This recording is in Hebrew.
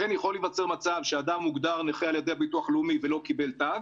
לכן יכול להיווצר מצב שאדם מוגדר נכה על ידי ביטוח לאומי ולא קיבל תג,